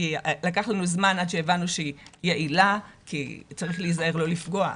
לקח לנו זמן עד שהבנו שהיא יעילה כי צריך להיזהר לא לפגוע.